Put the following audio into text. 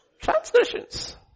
transgressions